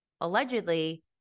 allegedly